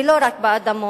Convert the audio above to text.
ולא רק באדמות,